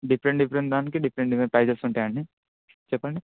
different different దానికి different different prices ఉంటాయి అండి చెప్పండి